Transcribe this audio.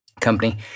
company